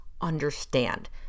understand